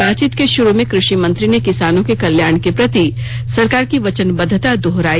बातचीत के शुरू में कृषि मंत्री ने किसानों के कल्याण के प्रति सरकार की वचनबद्वता दोहराई